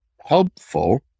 helpful